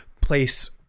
place